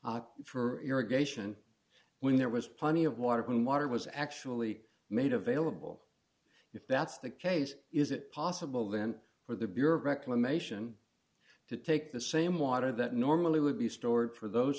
for irrigation when there was plenty of water when water was actually made available if that's the case is it possible then for the bureau reclamation to take the same water that normally would be stored for those